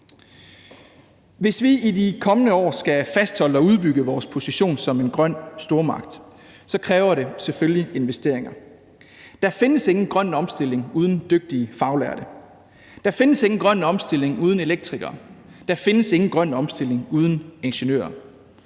Hvis vi i de kommende år skal fastholde og udbygge vores position som en grøn stormagt, kræver det selvfølgelig investeringer. Der findes ingen grøn omstilling uden dygtige faglærte, der findes ingen grøn omstilling uden elektrikere, der findes ingen grøn omstilling uden ingeniører,